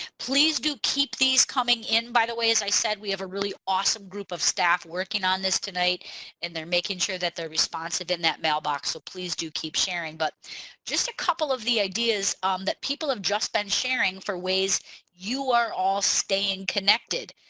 please do keep these coming in by the way as i said we have a really awesome group of staff working on this tonight and they're making sure that they're responsive in that mailbox so please do keep sharing but just a couple of the ideas um that people have just been sharing for ways you are all staying connected.